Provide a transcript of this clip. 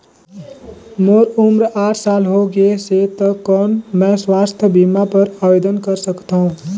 मोर उम्र साठ साल हो गे से त कौन मैं स्वास्थ बीमा बर आवेदन कर सकथव?